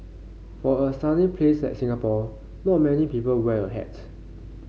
for a sunny place like Singapore not many people wear a hat